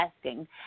asking